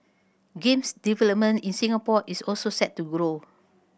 games development in Singapore is also set to grow